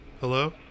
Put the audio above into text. Hello